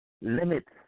limits